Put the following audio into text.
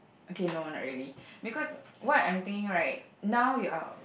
okay no not really because what I'm thinking right now you are